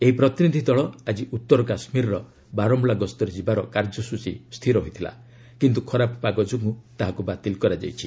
ଏହି ପ୍ରତିନିଧି ଦଳ ଆକି ଉତ୍ତର କାଶ୍ମୀରର ବାରମୂଲା ଗସ୍ତରେ ଯିବାର କାର୍ଯ୍ୟସ୍ଚୀ ଥିଲା କିନ୍ତୁ ଖରାପ ପାଗ ଯୋଗୁଁ ତାହାକୁ ବାତିଲ କରାଯାଇଛି